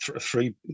three